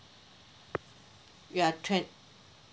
you are twen~